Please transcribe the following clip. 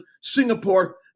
Singapore